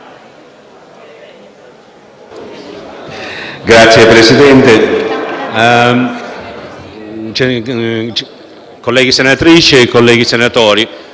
Signor Presidente, colleghe senatrici e colleghi senatori,